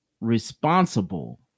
responsible